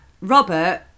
robert